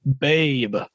Babe